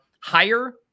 higher